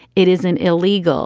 it is an illegal